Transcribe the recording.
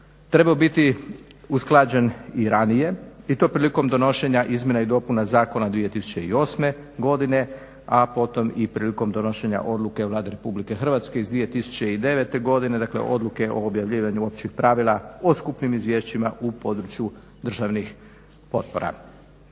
trebao biti usklađen i ranije i to prilikom donošenja izmjena i dopuna Zakona 2008. godine, a potom i prilikom donošenja odluke Vlade Republike Hrvatske iz 2009. godine, dakle odluke o objavljivanju općih pravila o skupnim izvješćima u području državnih potpora.